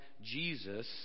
Jesus